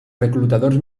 reclutadors